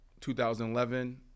2011